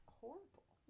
horrible